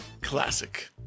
classic